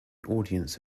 audience